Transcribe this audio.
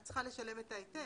את צריכה לשלם את ההיטל.